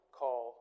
call